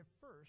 first